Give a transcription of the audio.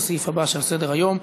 לסעיף הבא שעל סדר-היום: